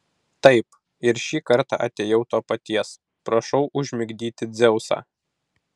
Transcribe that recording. taip ir šį kartą atėjau to paties prašau užmigdyti dzeusą